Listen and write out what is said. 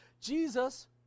jesus